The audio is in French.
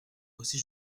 aussi